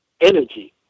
Energy